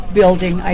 building